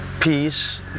peace